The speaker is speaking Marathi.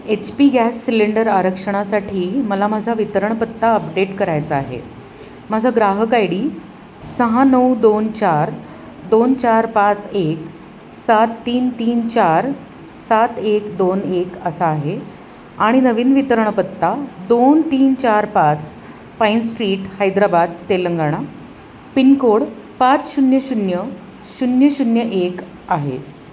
एच पी गॅस सिलेंडर आरक्षणासाठी मला माझा वितरण पत्ता अपडेट करायचा आहे माझं ग्राहक आय डी सहा नऊ दोन चार दोन चार पाच एक सात तीन तीन चार सात एक दोन एक असा आहे आणि नवीन वितरण पत्ता दोन तीन चार पाच Pine Street Hyderabad Telangana pincode पाच शून्य शून्य शून्य शून्य एक आहे